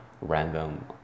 random